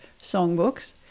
Songbooks